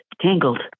tangled